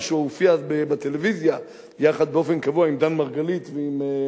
או שהוא הופיע אז בטלוויזיה באופן קבוע יחד עם דן מרגלית ועם,